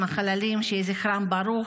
של הנופלים והחללים, שיהיה זכרם ברוך.